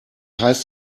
heißt